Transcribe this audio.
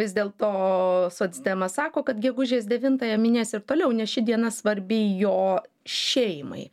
vis dėlto socdemas sako kad gegužės devintąją minės ir toliau nes ši diena svarbi jo šeimai